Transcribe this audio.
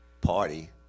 party